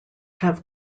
have